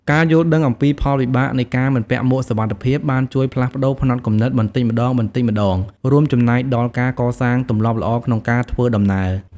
ការយល់ដឹងអំពីផលវិបាកនៃការមិនពាក់មួកសុវត្ថិភាពបានជួយផ្លាស់ប្តូរផ្នត់គំនិតបន្តិចម្តងៗ រួមចំណែកដល់ការកសាងទម្លាប់ល្អក្នុងការធ្វើដំណើរ។